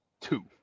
Two